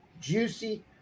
juicy